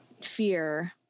Fear